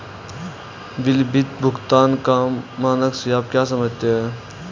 विलंबित भुगतान का मानक से आप क्या समझते हैं?